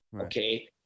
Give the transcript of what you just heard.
Okay